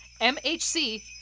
mhc